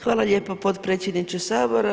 Hvala lijepo potpredsjedniče Sabora.